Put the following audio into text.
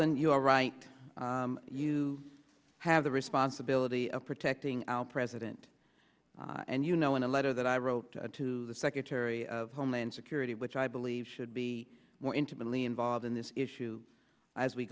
sullivan you are right you have the responsibility of protecting our president and you know in a letter that i wrote to the secretary of homeland security which i believe should be more intimately involved in this issue as we